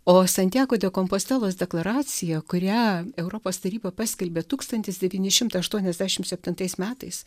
o santiago de kompostelos deklaracija kurią europos taryba paskelbė tūkstantis devyni šimtai aštuoniasdešim septintais metais